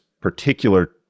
particular